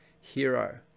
hero